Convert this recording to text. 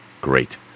great